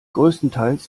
größtenteils